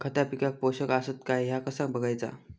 खता पिकाक पोषक आसत काय ह्या कसा बगायचा?